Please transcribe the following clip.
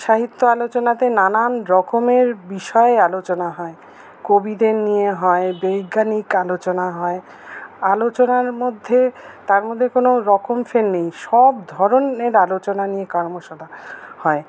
সাহিত্য আলোচনাতে নানান রকমের বিষয় আলোচনা হয় কবিদের নিয়ে হয় বৈজ্ঞানিক আলোচনা হয় আলোচনার মধ্যে তার মধ্যে কোনও রকমফের নেই সব ধরনের আলোচনা নিয়ে কর্মশালা হয়